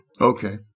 Okay